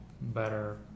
better